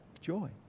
Joy